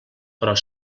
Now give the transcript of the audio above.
però